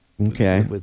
Okay